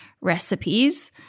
recipes